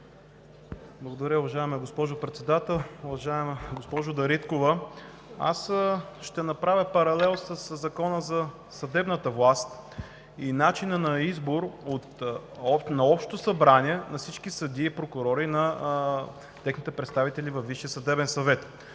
Благодаря, уважаема госпожо Председател. Уважаема госпожо Дариткова, аз ще направя паралел със Закона за съдебната власт и начина на избор на Общо събрание на всички съдии, прокурори и техни представители във Висшия съдебен съвет.